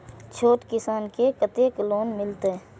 छोट किसान के कतेक लोन मिलते?